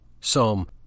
Psalm